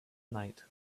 night